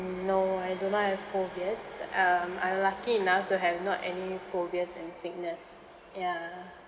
no I do not have phobias um I'm lucky enough to have not any phobias and sickness ya